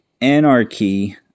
Anarchy